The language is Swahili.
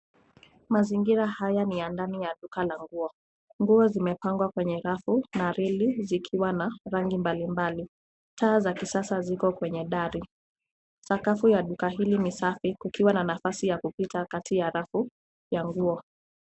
Mazingira haya ni ya ndani ya duka la nguo. Nguo zimepangwa kwenye rafu na reli zikiwa na rangi mbalimbali. Taa za kisasa ziko kwenye dari. Sakafu ya duka hili ni safi kukiwa na nafasi ya kupita kati ya rafu ya nguo.